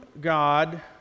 God